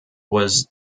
was